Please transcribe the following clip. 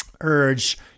urge